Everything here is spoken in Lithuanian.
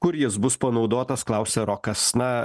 kur jis bus panaudotas klausia rokas na